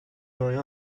going